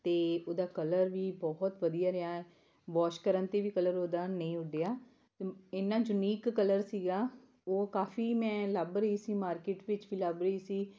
ਅਤੇ ਉਹਦਾ ਕਲਰ ਵੀ ਬਹੁਤ ਵਧੀਆ ਰਿਹਾ ਵੋਸ਼ ਕਰਨ 'ਤੇ ਵੀ ਕਲਰ ਉਹਦਾ ਨਹੀਂ ਉੱਡਿਆ ਇੰਨਾ ਯੂਨੀਕ ਕਲਰ ਸੀਗਾ ਉਹ ਕਾਫੀ ਮੈਂ ਲੱਭ ਰਹੀ ਸੀ ਮਾਰਕੀਟ ਵਿੱਚ ਵੀ ਲੱਭ ਰਹੀ ਸੀ